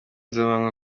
z’amanywa